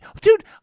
Dude